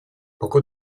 poco